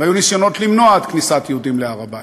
והיו ניסיונות למנוע את כניסת יהודים להר-הבית.